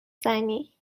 زنی